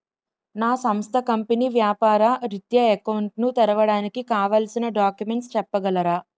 నా సంస్థ కంపెనీ వ్యాపార రిత్య అకౌంట్ ను తెరవడానికి కావాల్సిన డాక్యుమెంట్స్ చెప్పగలరా?